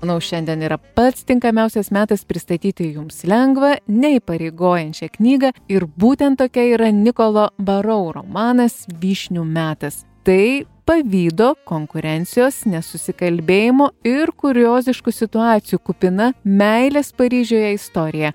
manau šiandien yra pats tinkamiausias metas pristatyti jums lengvą neįpareigojančią knygą ir būtent tokia yra nikolo barau romanas vyšnių metas tai pavydo konkurencijos nesusikalbėjimo ir kurioziškų situacijų kupina meilės paryžiuje istorija